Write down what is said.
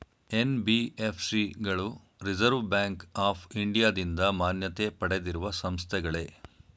NBFC ಗಳು Reserve Bank of ಇಂಡಿಯಾದಿಂದ ಮಾನ್ಯತೆ ಪಡೆದಿರುವ ಸಂಸ್ಥೆಗಳೇ?